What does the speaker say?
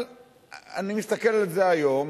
אבל אני מסתכל על זה היום,